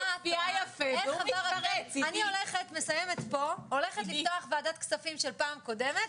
מערכת יחסים ישירה בין המדינה לבין בתי החולים.